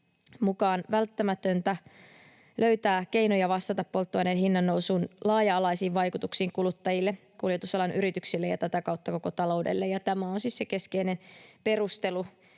mukaan välttämätöntä löytää keinoja vastata polttoaineen hinnan nousun laaja-alaisiin vaikutuksiin kuluttajille, kuljetusalan yrityksille ja tätä kautta koko taloudelle, ja tämä vallitseva poikkeuksellinen